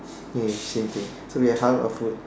ya same thing so we had halal food